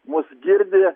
mus girdi